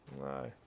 no